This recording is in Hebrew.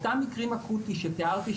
אותם מקרים אקוטיים שתיארתי,